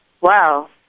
wow